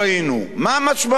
מה המשמעות שלו?